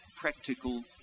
practical